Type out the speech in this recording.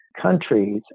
countries